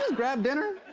grab dinner?